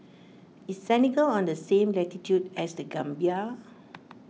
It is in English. is Senegal on the same latitude as the Gambia